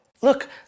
look